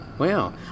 Wow